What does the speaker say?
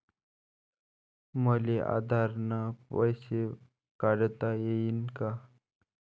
मले आधार न पैसे काढता येईन का?